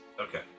Okay